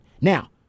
Now